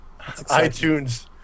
iTunes